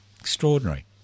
Extraordinary